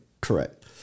Correct